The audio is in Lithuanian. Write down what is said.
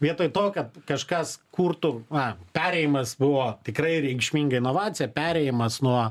vietoj to kad kažkas kurtų va perėjimas buvo tikrai reikšminga inovacija perėjimas nuo